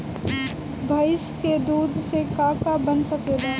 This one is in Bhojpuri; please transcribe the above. भइस के दूध से का का बन सकेला?